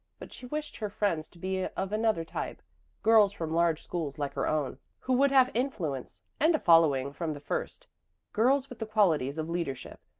but she wished her friends to be of another type girls from large schools like her own, who would have influence and a following from the first girls with the qualities of leadership,